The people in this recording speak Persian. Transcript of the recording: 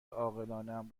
عاقلانهام